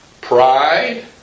Pride